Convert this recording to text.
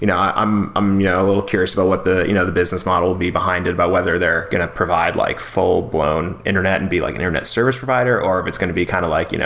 you know i'm um yeah a little curious about what the you know the business model will be behind it, about whether they're going to provide like full-blown internet and be like an internet service provider, or if it's going to be kind of like, you know